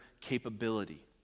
capability